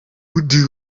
undi